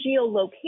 geolocation